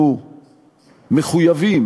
אנחנו מחויבים